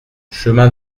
chemin